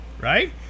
right